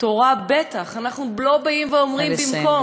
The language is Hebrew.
תורה בטח, אנחנו לא באים ואומרים במקום.